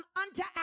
unto